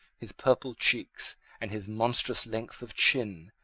his purple cheeks, and his monstrous length of chin,